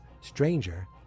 Stranger